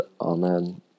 Amen